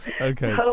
Okay